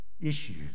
issues